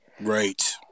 right